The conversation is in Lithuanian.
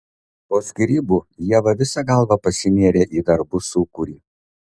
po skyrybų ieva visa galva pasinėrė į darbų sūkurį